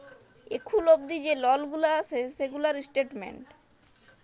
এখুল অবদি যে লল গুলা আসে সেগুলার স্টেটমেন্ট